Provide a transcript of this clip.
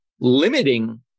limiting